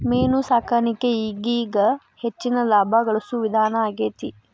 main ಸಾಕಾಣಿಕೆ ಈಗೇಗ ಹೆಚ್ಚಿನ ಲಾಭಾ ಗಳಸು ವಿಧಾನಾ ಆಗೆತಿ